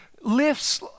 lifts